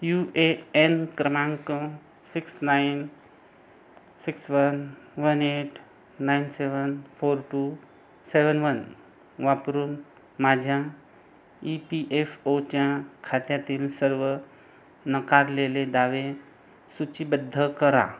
you A N क्रमांक six nine six one one eight nine seven four two seven one वापरून माझ्या E P F ओच्या खात्यातील सर्व नकारलेले दावे सूचीबद्ध करा